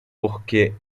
porque